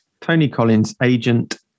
tonycollinsagent